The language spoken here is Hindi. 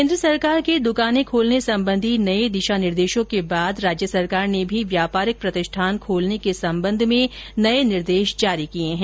केन्द्र सरकार के दुकानें खोलने संबंधी नये दिशा निर्देशों के बाद राज्य सरकार ने भी व्यापारिक प्रतिष्ठान खोलने के संबंध मेँ नये दिशा निर्देश जारी किये हैं